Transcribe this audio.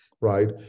right